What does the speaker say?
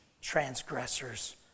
transgressors